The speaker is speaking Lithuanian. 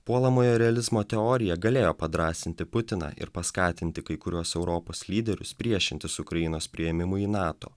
puolamojo realizmo teorija galėjo padrąsinti putiną ir paskatinti kai kuriuos europos lyderius priešintis ukrainos priėmimui į nato